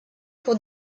pour